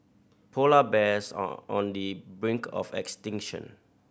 polar bears are on the brink of extinction